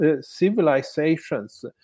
civilizations